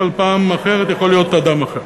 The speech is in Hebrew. אבל פעם אחרת יכול להיות אדם אחר.